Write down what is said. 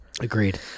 Agreed